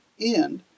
end